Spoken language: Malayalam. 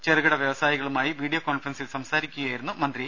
ചെറുകിട വ്യവസായികളുമായി വീഡിയോ കോൺഫറൻസിൽ സംസാരിക്കുകയായിരുന്നു മന്ത്രി